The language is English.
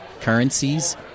currencies